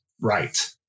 Right